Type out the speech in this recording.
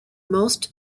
most